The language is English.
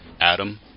Adam